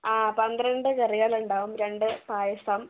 ആഹ് പന്ത്രണ്ട് കറികൾ ഉണ്ടാവും രണ്ട് പായസം